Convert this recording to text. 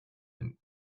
and